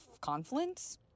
Confluence